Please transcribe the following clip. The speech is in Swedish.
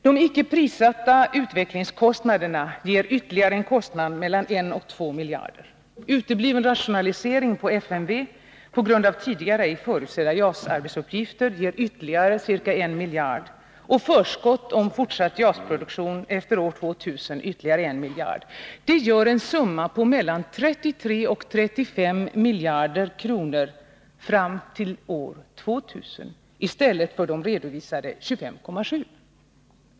De icke prissatta utvecklingskostnaderna ger ytterligare en kostnad på 1-2 miljarder. Utebliven rationalisering på FMV på grund av tidigare ej förutsedda JAS-arbetsuppgifter gör ytterligare ca 1 miljard. Det blir en summa på 33-35 miljarder fram till år 2000 i stället för den redovisade summan 25,7 miljarder.